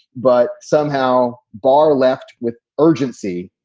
but somehow barr left with urgency.